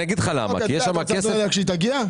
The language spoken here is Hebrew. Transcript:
נדבר עליה כשהיא תגיע?